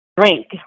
drink